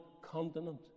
continent